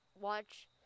watch